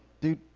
dude